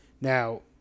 Now